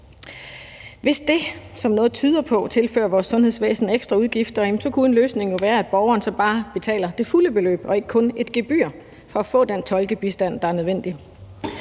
Hvis det, som noget tyder på, tilfører vores sundhedsvæsen ekstra udgifter, kunne en løsning jo være, at borgeren så bare betaler det fulde beløb og ikke kun et gebyr for at få den tolkebistand, der er nødvendig.